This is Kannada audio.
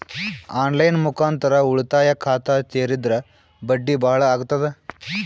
ಆನ್ ಲೈನ್ ಮುಖಾಂತರ ಉಳಿತಾಯ ಖಾತ ತೇರಿದ್ರ ಬಡ್ಡಿ ಬಹಳ ಅಗತದ?